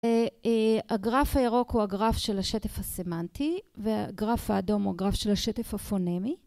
הגרף הירוק הוא הגרף של השטף הסמנטי, והגרף האדום הוא גרף של השטף הפונמי.